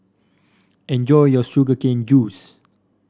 enjoy your Sugar Cane Juice